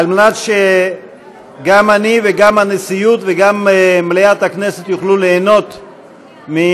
כדי שגם אני וגם הנשיאות וגם מליאת הכנסת יוכלו ליהנות מהשירות